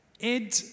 Ed